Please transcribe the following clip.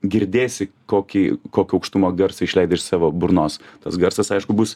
girdėsi kokį kokio aukštumo garsą išleidai iš savo burnos tas garsas aišku bus